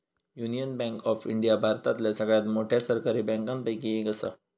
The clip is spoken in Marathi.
युनियन बँक ऑफ इंडिया भारतातल्या सगळ्यात मोठ्या सरकारी बँकांपैकी एक असा